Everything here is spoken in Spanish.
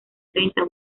treinta